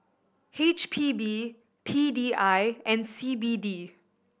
H P B P D I and C B D